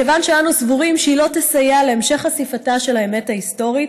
מכיוון שאנו סבורים שהיא לא תסייע להמשך חשיפתה של האמת ההיסטורית,